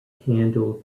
handle